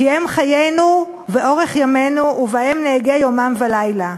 "כי הם חיינו ואורך ימינו ובהם נהגה יומם ולילה".